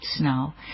now